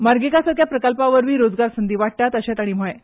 मार्गिका सारक्या प्रकल्पां वरवीं रोजगार संदी वाडटात अर्शेय ताणी म्हळें